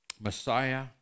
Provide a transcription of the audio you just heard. Messiah